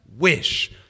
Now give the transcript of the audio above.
Wish